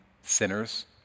sinners